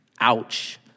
Ouch